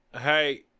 Hey